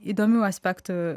įdomių aspektų